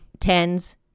tens